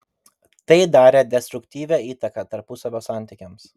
tai darė destruktyvią įtaką tarpusavio santykiams